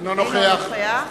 אינו נוכח